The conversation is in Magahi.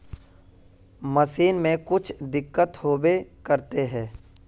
मशीन में कुछ दिक्कत होबे करते है?